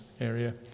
area